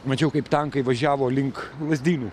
mačiau kaip tankai važiavo link lazdynų